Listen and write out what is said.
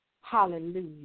Hallelujah